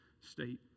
state